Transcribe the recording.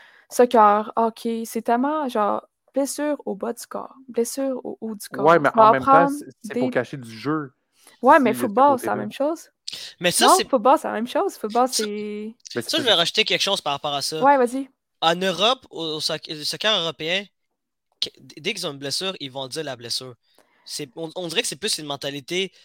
Soccer, hockey, c'est tellement, genre, blessure au bas du corps, blessure au haut du corps. Ouais, mais On en va même temps, prendre c- c'est pour des- cacher du jeu. Ouais, Si- mais c'est football, c'est la des- même chose. Mais ça, Non, c'est- football, c'est la même chose. Football, Tu- c'est- Mais c'est Ça, parce je que- vais rajouter quelque chose par rapport à ça. Ouais, vas-y. En Europe, au- au soc- le soccer européen, que- dès qu'ils ont une blessure, ils vont dire la blessure. C'est- on- on dirait que c'est plus une mentalité